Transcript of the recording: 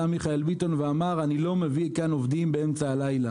מיכאל ביטון ואמר: אני לא מביא כאן עובדים באמצע הלילה.